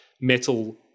metal